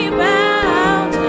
bound